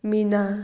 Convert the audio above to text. Meena